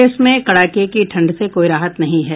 प्रदेश में कड़ाके की ठंड से कोई राहत नहीं है